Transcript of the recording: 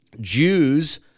Jews